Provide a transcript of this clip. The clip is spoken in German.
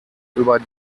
über